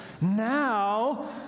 Now